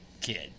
kid